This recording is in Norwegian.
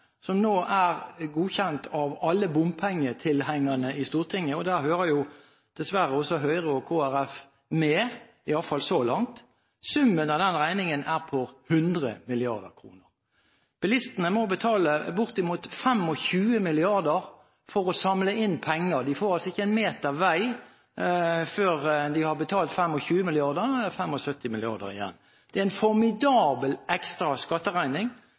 som nå er godkjent av alle bompengetilhengerne i Stortinget, og da hører jo dessverre også Høyre og Kristelig Folkeparti med – iallfall så langt – på 100 mrd. kr. Bilistene må betale bortimot 25 mrd. kr for å samle inn penger. De får altså ikke én meter vei før de har betalt 25 mrd. kr, og da er det 75 mrd. kr igjen. Det er en formidabel ekstra skatteregning